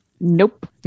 nope